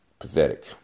Pathetic